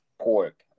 pork